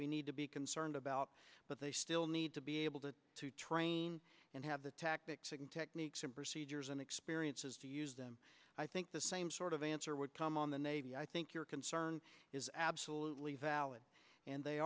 we need to be concerned about but they still need to be able to train and have the tactics and techniques and procedures and experiences to use them i think the same sort of answer would come on the navy i think your concern is absolutely valid and they